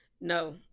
No